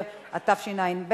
(תיקון מס' 14),